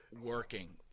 working